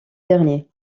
derniers